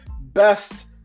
best